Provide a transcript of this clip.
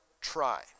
try